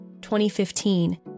2015